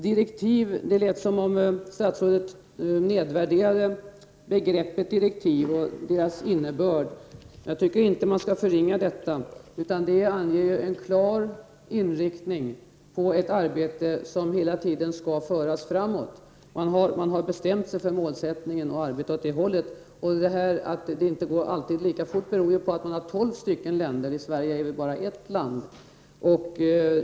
Det lät som om statsrådet nedvärderade begreppet direktiv och dess innebörd. Jag tycker inte att man skall förringa detta. Det anger en klar inriktning för det arbete som hela tiden skall föras framåt. Man har bestämt sig för målsättningen och arbetar i den riktningen. Att det inte alltid går lika fort beror på att tolv länder är inblandade, Sverige är bara ett land.